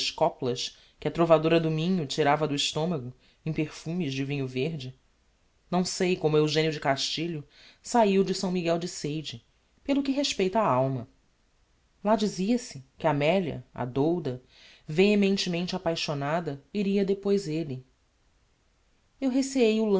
coplas que a trovadora do minho tirava do estomago em perfumes de vinho verde não sei como eugenio de castilho sahiu de s miguel de seide pelo que respeita á alma lá dizia-se que amelia a douda vehementemente apaixonada iria depós elle eu receei